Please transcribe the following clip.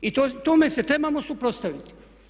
I tome se trebamo suprotstaviti.